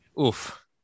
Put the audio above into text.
oof